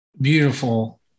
beautiful